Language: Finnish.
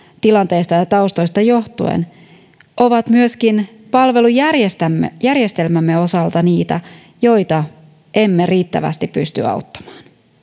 tilanteista ja taustoista johtuen ovat myöskin palvelujärjestelmämme osalta niitä joita emme riittävästi pysty auttamaan